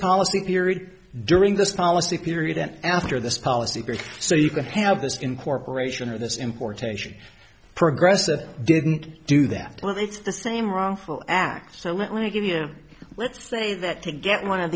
policy period during this policy period and after this policy so you could have this incorporation or this importation progressive didn't do that well it's the same wrongful act so let me give you let's say that to get one of